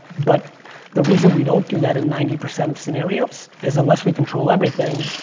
but the reason we don't do that in ninety percent of scenarios is, unless we control everything,